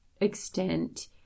extent